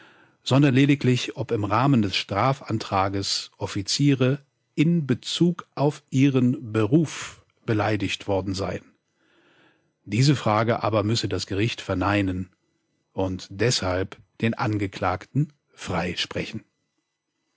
sondern lediglich ob im rahmen des strafantrages offiziere in bezug auf ihren beruf beleidigt worden seien diese frage aber müsse das gericht verneinen und deshalb den angeklagten freisprechen